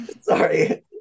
sorry